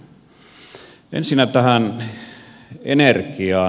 ensinnä tähän energiaan